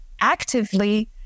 actively